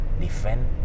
defend